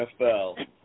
NFL